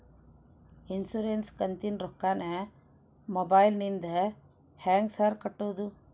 Insurance ಕಂತಿನ ರೊಕ್ಕನಾ mobile ಫೋನಿಂದ ಹೆಂಗ್ ಸಾರ್ ಕಟ್ಟದು?